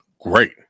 great